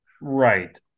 Right